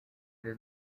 does